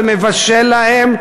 ומבשל להם,